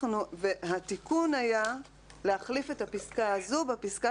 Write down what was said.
התיקון היה להחליף את הפסקה הזו בפסקה